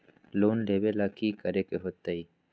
Loan लेवेला की करेके होतई?